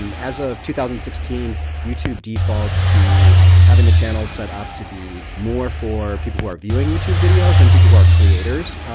and as of two thousand and sixteen youtube defaults to having the channels set up to be more for people who are viewing youtube videos than people who are creators.